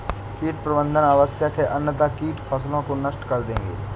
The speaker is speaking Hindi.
कीट प्रबंधन आवश्यक है अन्यथा कीट फसलों को नष्ट कर देंगे